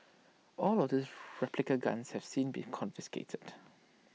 all of his replica guns have since been confiscated